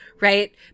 right